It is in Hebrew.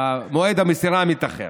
שמועד המסירה מתאחר.